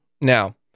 Now